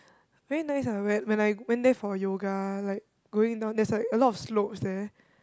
very nice ah when when I went there for yoga like going down there's like a lot of slopes there